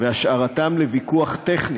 והשארתם לוויכוח טכני